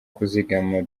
kuzigama